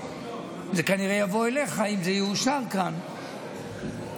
וזה כנראה יבוא אליך אם זה יאושר כאן העיקרון